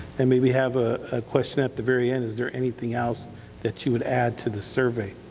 and maybe we have a question at the very end, is there anything else that you would add to the survey?